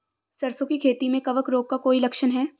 सरसों की खेती में कवक रोग का कोई लक्षण है?